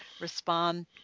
respond